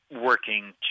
working